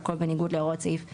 והכול בניגוד להוראות סעיף 39ב(א)